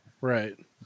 Right